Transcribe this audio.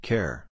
Care